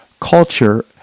culture